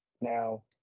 Now